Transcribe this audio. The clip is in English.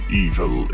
evil